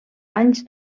anys